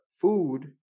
food